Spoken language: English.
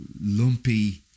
lumpy